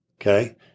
Okay